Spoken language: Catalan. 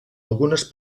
algunes